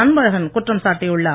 அன்பழகன் குற்றம் சாட்டியுள்ளார்